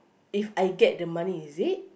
If I get the money is it